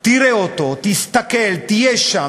באמת,